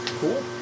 Cool